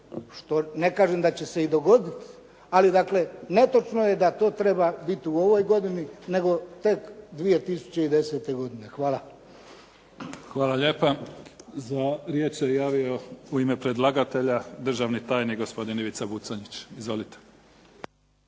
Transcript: ne kažem da će se i dogoditi, ali dakle netočno je da to treba biti u ovoj godini nego tek 2010. godine. Hvala. **Mimica, Neven (SDP)** Hvala lijepa. Za riječ se javio u ime predlagatelja državni tajnik, gospodin Ivica Buconjić. Izvolite.